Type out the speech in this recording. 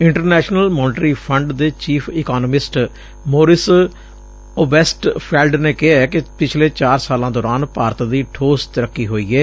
international monetary fund ਦੇ chief economist Maurice Obstfeld ਨੇ ਕਿਹੈ ਕਿ ਪਿਛਲੇ ਚਾਰ ਸਾਲਾਂ ਦੌਰਾਨ ਭਾਰਤ ਦੀ ਠੋਸ ਤਰੱਕੀ ਹੋਈ ਏ